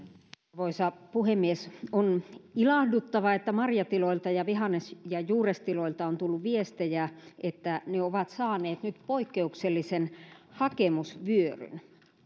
arvoisa puhemies on ilahduttavaa että marjatiloilta ja vihannes ja juurestiloilta on tullut viestejä että ne ovat saaneet nyt poikkeuksellisen hakemusvyöryn